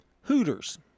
Hooters